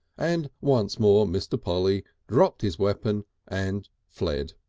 and once more mr. polly dropped his weapon and fled.